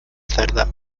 cerda